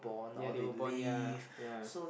yea they were born yea yea